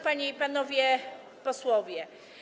Panie i Panowie Posłowie!